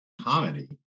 comedy